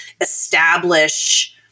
establish